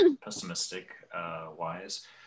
pessimistic-wise